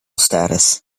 status